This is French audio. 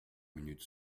minutes